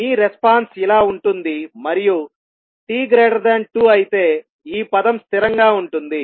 మీ response ఇలా ఉంటుంది మరియు t2 అయితే ఈ పదం స్థిరంగా ఉంటుంది